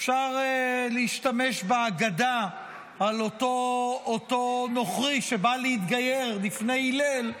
אפשר להשתמש באגדה על אותו נוכרי שבא להתגייר בפני הלל,